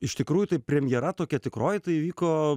iš tikrųjų tai premjera tokia tikroji tai įvyko